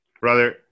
Brother